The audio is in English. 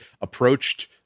approached